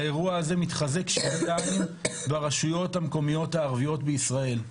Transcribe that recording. האירוע הזה מתחזק שבעתיים ברשויות המקומיות הערביות בישראל.